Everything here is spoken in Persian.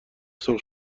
سرخ